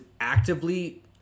actively